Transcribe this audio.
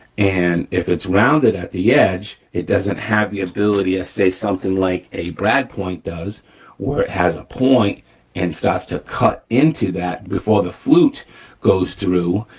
and if it's rounded at the edge, it doesn't have the ability as say something like a brad point does where it has a point and it starts to cut into that before the flute goes through,